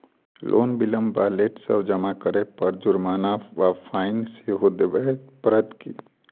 Loan विलंब वा late सँ जमा करै पर जुर्माना वा फाइन सेहो देबै पड़त की?